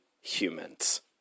humans